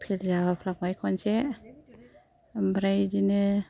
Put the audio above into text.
fail जाफ्लांबाय खेबसे ओमफ्राय बिदिनो